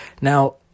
Now